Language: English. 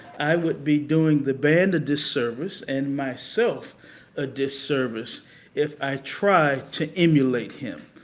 i would be doing the band a disservice and myself a disservice if i tried to emulate him.